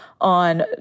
on